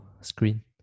screen